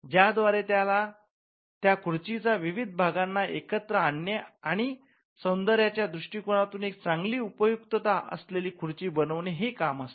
ज्या द्वारे त्या खुर्चीच्या विविध भागांना एकत्र आणणे आणि सौंदर्याच्या दृष्टिकोनातून एक चांगली उपयुक्तता असलेली खुर्ची बनवणे हे काम असते